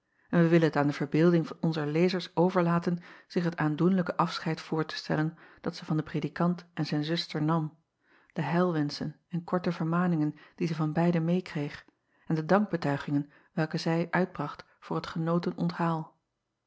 en wij willen het aan de verbeelding onzer lezers overlaten zich het aandoenlijke afscheid voor te stellen dat zij van den predikant en zijn zuster nam de heilwenschen en korte vermaningen die zij van beiden medekreeg en de dankbetuigingen welke zij uitbracht voor het genoten onthaal